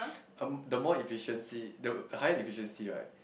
erm the more efficiency the higher the efficiency right